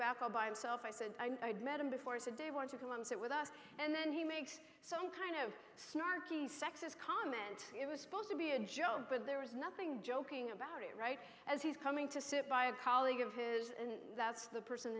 back all by himself i said i'd met him before said dave wanted to come sit with us and then he makes some kind of snarky sexist comment it was supposed to be a joke but there was nothing joking about it right as he's coming to sit by a colleague of his and that's the person